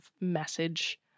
message